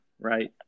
right